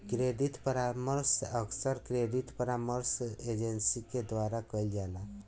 credit परामर्श अक्सर credit परामर्श एजेंसी के द्वारा कईल जाला